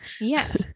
Yes